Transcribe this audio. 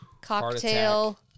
cocktail